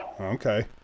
Okay